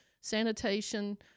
sanitation